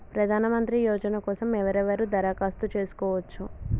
ప్రధానమంత్రి యోజన కోసం ఎవరెవరు దరఖాస్తు చేసుకోవచ్చు?